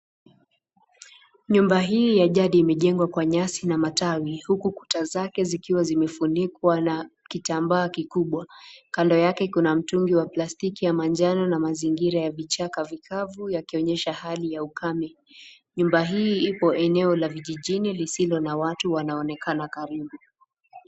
Nyumba hii ya jagi imejengwa kwa nyasi na matawi huku kuta zake zikiwa zimefunikwa na kitambaa kikubwa. Kando yake kuna mtungi wa plastiki ya manjano na mazingira ya vichaka vikavu yakionyesha hali ya ukame. Nyumba hii ipo eneo la vijijini lisilo na watu waonekana karibu.